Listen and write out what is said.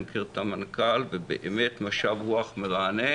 אני מכיר את המנכ"ל והוא באמת משב רוח מרענן,